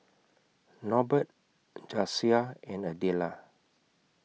Norbert Jasiah and Adella